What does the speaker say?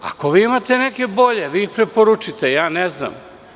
Ako vi imate neke bolje vi ih preporučite, ja ne znam.